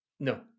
No